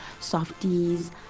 softies